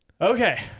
Okay